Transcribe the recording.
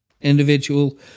individual